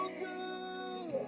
good